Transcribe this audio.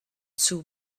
too